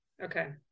Okay